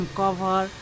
cover